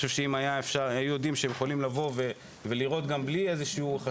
אם הם היו יודעים שיכולים לבוא ולראות גם בלי חשד,